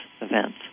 events